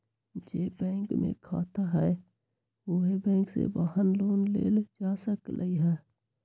जे बैंक में खाता हए उहे बैंक से वाहन लोन लेल जा सकलई ह